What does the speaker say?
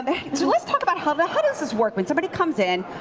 so let's talk about how ah how does this work? when somebody comes in,